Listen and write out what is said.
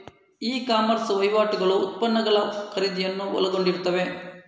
E commerce ವಹಿವಾಟುಗಳು ಉತ್ಪನ್ನಗಳ ಖರೀದಿಯನ್ನು ಒಳಗೊಂಡಿರುತ್ತವೆ